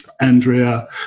andrea